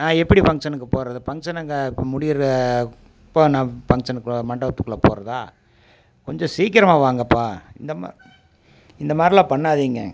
நான் எப்படி ஃபங்க்ஷனுக்கு போகிறது ஃபங்க்ஷனு அங்கே இப்போ முடிகிற அப்போது நான் ஃபங்க்ஷனுக்கு மண்டபத்துக்குள்ளே போகிறதா கொஞ்சம் சீக்கிரமாக வாங்கப்பா இந்த மாரி இந்தமாரிலாம் பண்ணாதீங்க